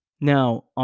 Now